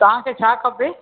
तव्हांखे छा खपे